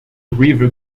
river